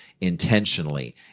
intentionally